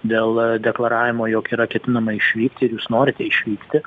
dėl deklaravimo jog yra ketinama išvykti ir jūs norite išvysti